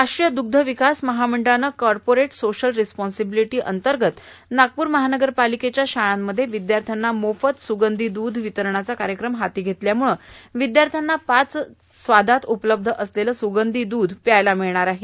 राष्ट्रीय दुग्ध विकास महामंडळानं कॉर्पोरिट सोशल रेस्पॉन्सिबिलीटी अंतर्गत नागपूर महानगरपालिकेच्या शाळांमध्ये विद्यार्थ्यांना मोफत सुगंधित दूध वितरणाचा कार्यक्रम हाती घेतल्यामुळे विद्यार्थ्यांना पाच स्वादात उपलब्ध असलेले सुगंधी दूध पिण्यास मिळणार आहे